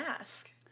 ask